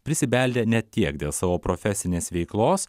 prisibeldė ne tiek dėl savo profesinės veiklos